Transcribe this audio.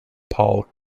paul